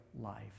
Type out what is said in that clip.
life